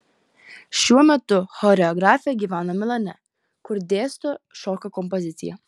šiuo metu choreografė gyvena milane kur dėsto šokio kompoziciją